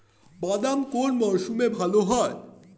বাদাম কোন মরশুমে ভাল হয়?